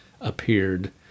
appeared